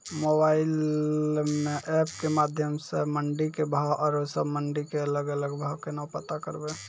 Mobile म app के माध्यम सऽ मंडी के भाव औरो सब मंडी के अलग अलग भाव केना पता करबै?